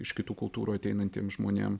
iš kitų kultūrų ateinantiem žmonėm